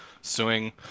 suing